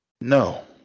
No